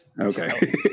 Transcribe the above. Okay